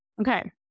Okay